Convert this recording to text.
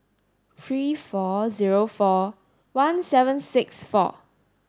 three four zero four one seven six four